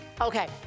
Okay